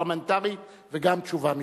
פרלמנטרית וגם תשובה משפטית,